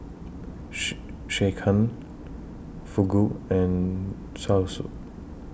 She Sekihan Fugu and Zosui